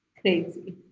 crazy